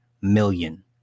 million